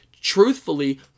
truthfully